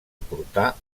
portar